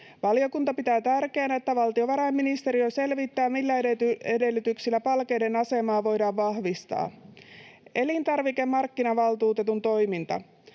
Valiokunta pitää tärkeänä, että valtiovarainministeriö selvittää, millä edellytyksillä Palkeiden asemaa voidaan vahvistaa. Elintarvikemarkkinavaltuutetun toiminta: